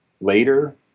later